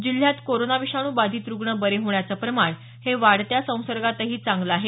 जिल्ह्यात कोरोना विषाणू बाधित रूग्ण बरे होण्याचं प्रमाण हे वाढत्या संसर्गातही चांगलं आहे